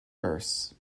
first